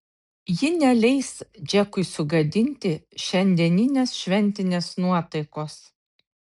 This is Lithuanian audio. ji neleis džekui sugadinti šiandieninės šventinės nuotaikos